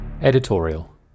Editorial